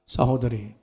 Sahodari